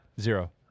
Zero